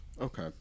Okay